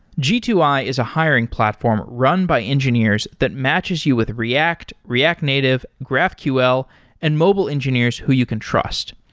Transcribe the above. g two i is a hiring platform run by engineers that matches you with react, react native, graphql and mobile engineers who you can trust.